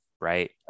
right